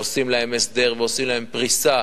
עושים להם הסדר, עושים להם פריסה.